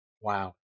Wow